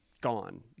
gone